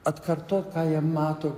atkartot ką jie mato